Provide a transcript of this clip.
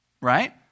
right